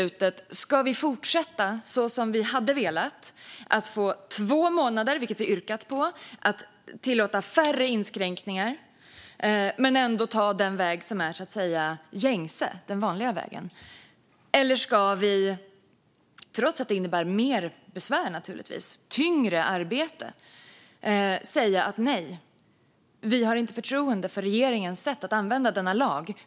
Antingen kunde vi fortsätta som vi hade velat, med två månader, som vi hade yrkat på, och tillåta färre inskränkningar men ändå ta den gängse vägen, eller så kunde vi säga nej och att vi inte har förtroende för regeringens sätt att använda denna lag.